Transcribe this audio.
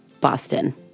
Boston